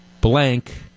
blank